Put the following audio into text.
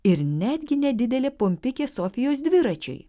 ir netgi nedidelė pompikė sofijos dviračiui